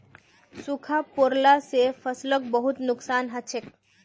सूखा पोरला से फसलक बहुत नुक्सान हछेक